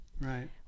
Right